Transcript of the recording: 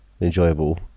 enjoyable